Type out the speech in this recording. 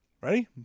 Ready